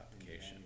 application